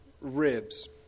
ribs